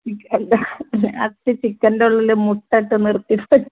chicken അല്ല അത് ചിക്കൻറ്റുള്ളിൽ മുട്ട ഇട്ട് നിർത്തി പൊരിച്ചത്